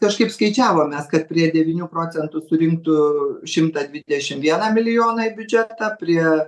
kažkaip skaičiavom mes kad prie devynių procentų surinktų šimtą dvidešim vieną milijoną į biudžetą prie